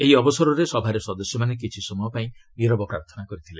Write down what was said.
ଏହି ଅବସରରେ ସଭାରେ ସଦସ୍ୟମାନେ କିଛି ସମୟ ପାଇଁ ନିରବ ପ୍ରାର୍ଥନା କରିଥିଲେ